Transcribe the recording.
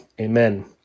Amen